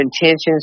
intentions